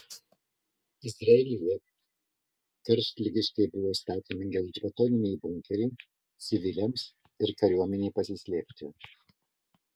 izraelyje karštligiškai buvo statomi gelžbetoniniai bunkeriai civiliams ir kariuomenei pasislėpti